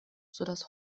sodass